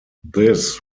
this